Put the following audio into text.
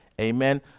amen